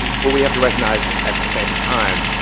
but we have to recognize, at the same time,